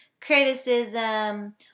criticism